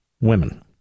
women